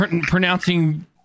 pronouncing